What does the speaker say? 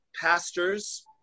pastors